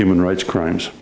human rights crimes